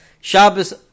Shabbos